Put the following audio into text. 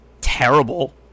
terrible